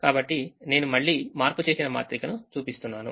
కాబట్టి నేను మళ్లీ మార్పు చేసినమాత్రికను చూపిస్తున్నాను